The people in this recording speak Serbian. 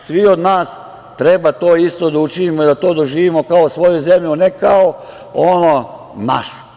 Svi od nas treba to isto da učinimo i da to doživimo kao svoju zemlju, a ne kao ono - našu.